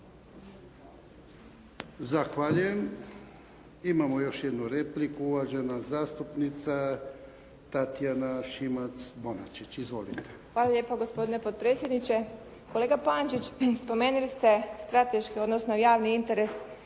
Zahvaljujem. Imamo još jednu repliku uvažena zastupnica Tatjana Šimac-Bonačić. Izvolite. **Šimac Bonačić, Tatjana (SDP)** Hvala lijepo gospodine potpredsjedniče. Kolega Pančić spomenuli ste strateški odnosno javni interes.